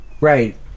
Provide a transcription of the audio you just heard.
Right